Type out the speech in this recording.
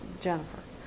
Jennifer